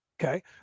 Okay